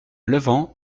levant